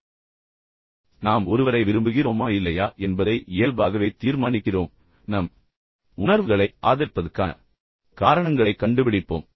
பொதுவாக நாம் ஒருவரை விரும்புகிறோமா இல்லையா என்பதை இயல்பாகவே தீர்மானிக்கிறோம் பின்னர் நம் உணர்வுகளை ஆதரிப்பதற்கான காரணங்களைக் கண்டுபிடிப்போம்